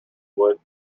would